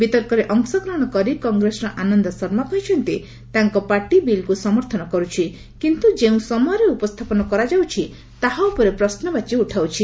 ବିତର୍କରେ ଅଂଶଗ୍ରହଣ କରି କଂଗ୍ରେସର ଆନନ୍ଦ ଶର୍ମା କହିଛନ୍ତି ତାଙ୍କ ପାର୍ଟି ବିଲ୍କୁ ସମର୍ଥନ କରୁଛି କିନ୍ତୁ ଯେଉଁ ସମୟରେ ଉପସ୍ଥାପନ କରାଯାଉଛି ତାହା ଉପରେ ପ୍ରଶ୍ୱବାଚୀ ଉଠାଉଛି